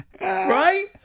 Right